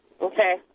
Okay